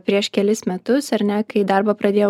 prieš kelis metus ar ne kai darbą pradėjo